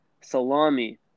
salami